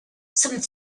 some